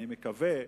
אני מקווה,